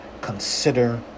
consider